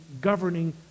governing